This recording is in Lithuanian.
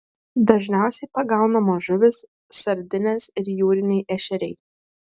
dažniausiai pagaunamos žuvys sardinės ir jūriniai ešeriai